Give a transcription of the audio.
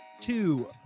two